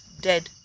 dead